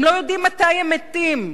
הם לא יודעים מתי הם מתים,